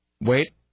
Wait